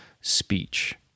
speech